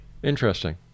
Interesting